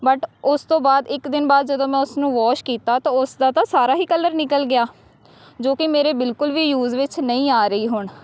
but ਉਸ ਤੋਂ ਬਾਅਦ ਇੱਕ ਦਿਨ ਬਾਅਦ ਜਦੋਂ ਮੈਂ ਉਸ ਨੂੰ ਵੋਸ਼ ਕੀਤਾ ਤਾਂ ਉਸਦਾ ਤਾਂ ਸਾਰਾ ਹੀ ਕਲਰ ਨਿਕਲ ਗਿਆ ਜੋ ਕਿ ਮੇਰੇ ਬਿਲਕੁਲ ਵੀ ਯੂਜ ਵਿੱਚ ਨਹੀਂ ਆ ਰਹੀ ਹੁਣ